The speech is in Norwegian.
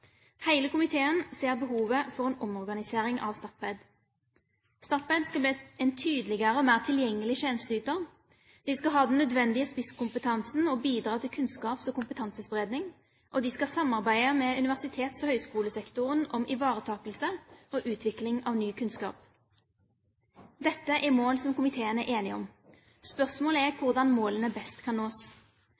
komiteen ser behovet for en omorganisering av Statped. Statped skal bli en tydeligere og mer tilgjengelig tjenesteyter. De skal ha den nødvendige spisskompetansen og bidra til kunnskaps- og kompetansespredning, og de skal samarbeide med universitets- og høyskolesektoren om ivaretakelse og utvikling av ny kunnskap. Dette er mål som komiteen er enig om. Spørsmålet er hvordan målene best kan nås.